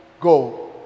go